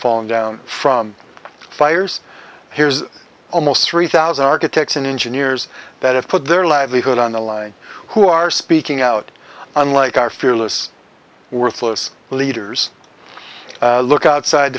fallen down from fires here's almost three thousand architects and engineers that have put their livelihood on the line who are speaking out unlike our fearless worthless leaders look outside